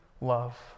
love